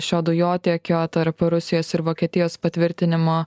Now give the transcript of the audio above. šio dujotiekio tarp rusijos ir vokietijos patvirtinimo